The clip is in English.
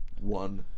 one